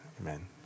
Amen